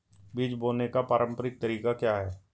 बीज बोने का पारंपरिक तरीका क्या है?